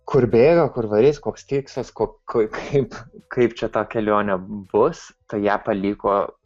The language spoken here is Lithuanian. kur bėga kur varys koks tikslas ko kaip kaip čia ta kelionė bus tai ją paliko